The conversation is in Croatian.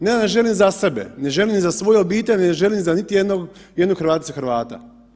Ne da želim za sebe, ne želim za svoju obitelj i ne želim za niti jednog Hrvaticu ili Hrvata.